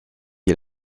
est